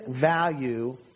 value